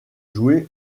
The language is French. joué